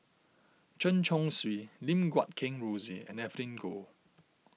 Chen Chong Swee Lim Guat Kheng Rosie and Evelyn Goh